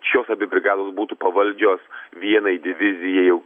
šios abi brigados būtų pavaldžios vienai divizijai jau